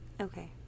okay